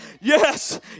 Yes